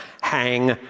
Hang